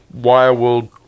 Wireworld